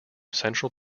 central